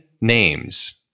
names